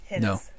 no